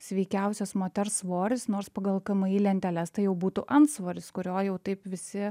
sveikiausias moters svoris nors pagal k m i lenteles tai jau būtų antsvoris kurio jau taip visi